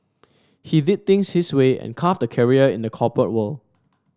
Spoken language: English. he did things his way and carved the career in the corporate world